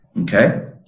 Okay